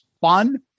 fun